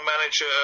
manager